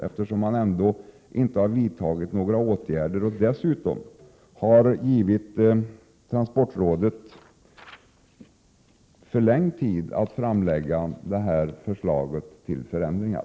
Några åtgärder har ju inte vidtagits. Dessutom har transportrådet givits förlängd tid när det gäller framläggandet av detta förslag till förändringar.